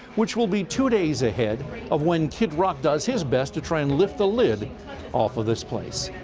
which will be two days ahead of when kid rock does his best to try and lift the lid off of this place.